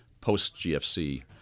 post-GFC